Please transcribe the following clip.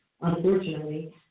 Unfortunately